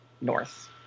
north